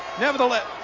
nevertheless